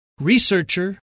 researcher